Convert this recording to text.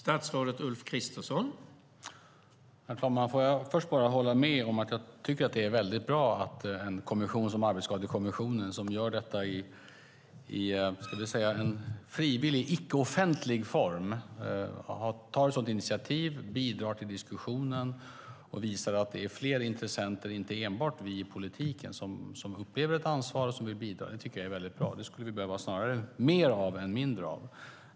Herr talman! Jag håller med om att det är bra att en kommission som Arbetsskadekommissionen, som gör detta arbete i en frivillig icke-offentlig form, tar ett sådant initiativ, bidrar till diskussionen och visar att det finns flera intressenter, inte enbart vi i politiken, som känner ansvar och vill bidra. Det är bra. Det skulle vi behöva mer av än mindre av.